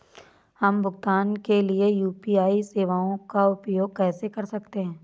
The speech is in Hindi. हम भुगतान के लिए यू.पी.आई सेवाओं का उपयोग कैसे कर सकते हैं?